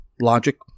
logic